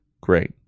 great